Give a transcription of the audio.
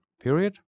period